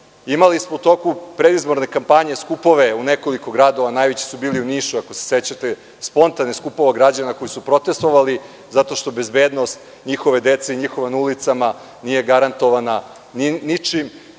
Imali smo u toku predizborne kampanje skupove u nekoliko gradova, najveći su bili u Nišu ako se sećate, spontane skupove građana koji su protestvovali zato što bezbednost njihove dece i njihova, na ulicama nije garantovana ničim,